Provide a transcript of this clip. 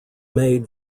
made